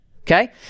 okay